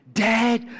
dad